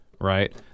right